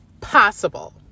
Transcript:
possible